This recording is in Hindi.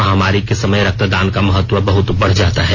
महामारी के समय रक्तदान का महत्व बहत बढ़ जाता है